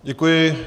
Děkuji.